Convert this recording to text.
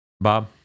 Bob